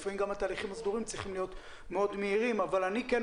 לפעמים גם התהליכים הסדורים צריכים להיות מאוד מהירים.